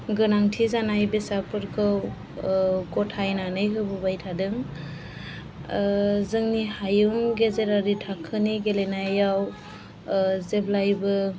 गोनांथि जानाय बेसादफोरखौ गथायनानै होबोबाय थादों जोंनि हायुं गेजेरारि थाखोनि गेलेनायाव जेब्लाबो